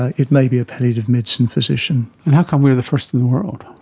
it may be a palliative medicine physician. and how come we're the first in the world?